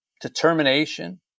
determination